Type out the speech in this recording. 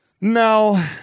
No